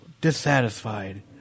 dissatisfied